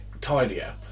tidier